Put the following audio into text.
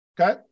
Okay